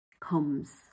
comes